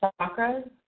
chakras